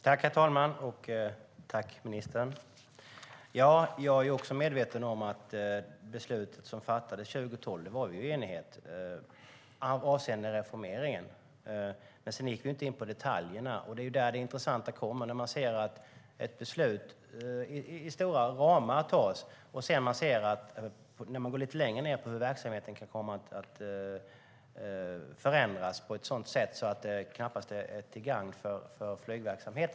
Herr talman! Jag tackar ministern. Jag är också medveten om att det beslut som fattades 2012 fattades i enighet avseende reformeringen. Men vi gick inte in på detaljerna, och det är där det intressanta kommer. Man ser att ett beslut i stora ramar fattas, men när man går lite längre ned ser man hur verksamheten kan komma att förändras på ett sådant sätt att det knappast är till gagn för flygverksamheten.